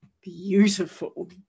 beautiful